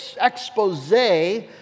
expose